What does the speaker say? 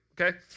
okay